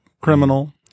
criminal